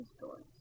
doors